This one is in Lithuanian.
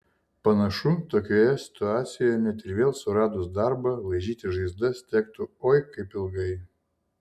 panašu tokioje situacijoje net ir vėl suradus darbą laižytis žaizdas tektų oi kaip ilgai